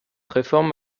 réforme